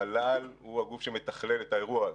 המל"ל הוא הגוף שמתכלל את האירוע הזה.